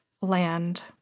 land